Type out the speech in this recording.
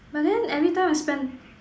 but then every time I spend